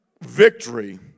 victory